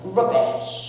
rubbish